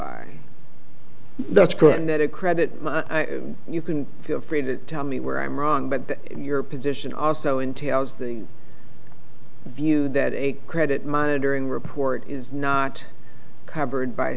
correct that it credit you can feel free to tell me where i'm wrong but your position also entails the view that a credit monitoring report is not covered by